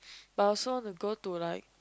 but I also want to go to like